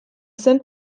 zen